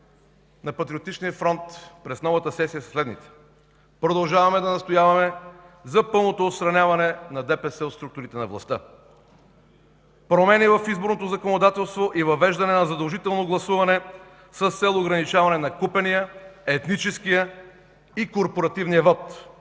на Патриотичния фронт през новата сесия са следните: Продължаваме да настояваме за пълното отстраняване на ДПС от структурите на властта; промени в изборното законодателство и въвеждането на задължително гласуване с цел ограничаване на купения, етническия и корпоративния вот.